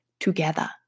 Together